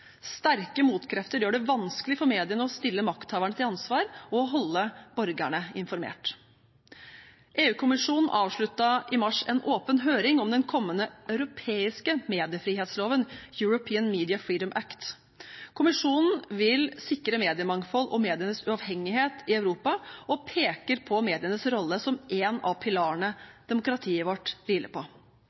Sterke motkrefter gjør det vanskelig for mediene å stille makthaverne til ansvar og å holde borgerne informert. EU-kommisjonen avsluttet i mars en åpen høring om den kommende europeiske mediefrihetsloven – European Media Freedom Act. Kommisjonen vil sikre mediemangfold og medienes uavhengighet i Europa og peker på medienes rolle som én av pilarene demokratiet vårt hviler på.